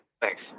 Thanks